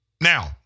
Now